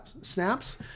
snaps